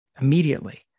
immediately